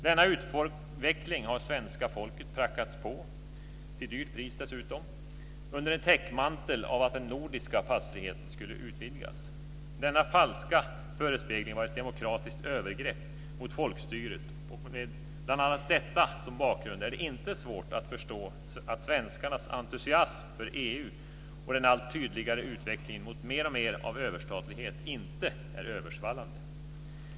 Denna utveckling har svenska folket prackats på - till högt pris, dessutom - under en täckmantel av att den nordiska passfriheten skulle utvidgas. Denna falska förespegling var ett demokratiskt övergrepp mot folkstyret, och med bl.a. detta som bakgrund är det inte svårt att förstå att svenskarnas entusiasm för EU och den allt tydligare utvecklingen mot mer och mer av överstatlighet inte är översvallande.